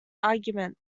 argument